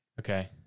Okay